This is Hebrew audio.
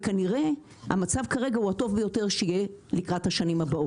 וכנראה המצב כרגע הוא הטוב ביותר שיהיה לקראת השנים הבאות.